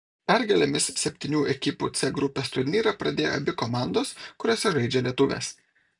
pergalėmis septynių ekipų c grupės turnyrą pradėjo abi komandos kuriose žaidžia lietuvės